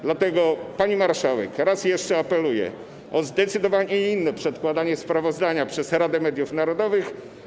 Dlatego, pani marszałek, raz jeszcze apeluję o zdecydowanie inne przedkładanie sprawozdania przez Radę Mediów Narodowych.